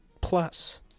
Plus